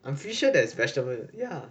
I'm pretty sure there is vegetable juice